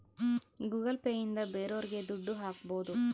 Google Pay ಇಂದ ಬೇರೋರಿಗೆ ದುಡ್ಡು ಹಾಕ್ಬೋದು